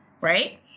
right